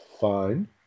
fine